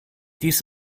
dies